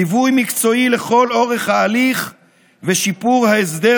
ליווי מקצועי לכל אורך ההליך ושיפור ההסדר